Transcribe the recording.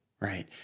Right